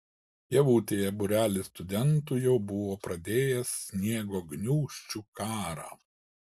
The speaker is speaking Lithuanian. pievutėje būrelis studentų jau buvo pradėjęs sniego gniūžčių karą